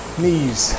knees